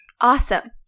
awesome